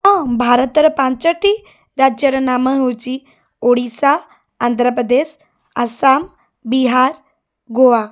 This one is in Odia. ହଁ ଭାରତର ପାଞ୍ଚଟି ରାଜ୍ୟର ନାମ ହେଉଛି ଓଡ଼ିଶା ଆନ୍ଧ୍ରପ୍ରଦେଶ ଆସାମ ବିହାର ଗୋଆ